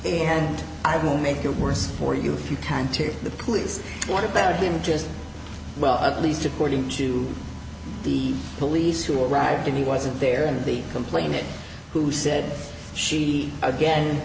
and i will make it worse for you if you time to the please what about him just well at least according to the police who arrived and he wasn't there and the complainant who said she again